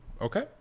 Okay